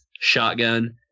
Shotgun